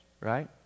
right